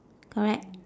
correct